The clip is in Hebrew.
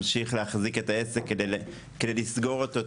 להמשיך להחזיק את העסק למשך תקופה ארוכה יותר כדי לסגור אותו,